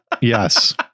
Yes